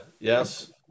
Yes